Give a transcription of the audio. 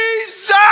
Jesus